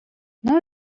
now